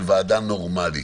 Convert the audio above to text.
של ועדה נורמלית.